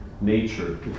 nature